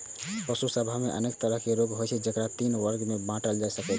पशु सभ मे अनेक तरहक रोग होइ छै, जेकरा तीन वर्ग मे बांटल जा सकै छै